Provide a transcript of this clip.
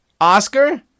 Oscar